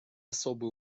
особый